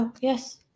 yes